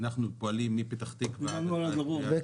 אנחנו פועלים מפתח תקווה ועד קריית שמונה.